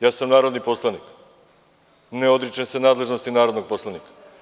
Ja sam narodni poslanik, ne odričem se nadležnosti narodnog poslanika.